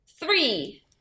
Three